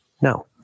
No